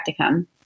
practicum